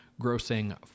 grossing